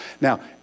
Now